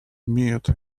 meth